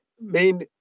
main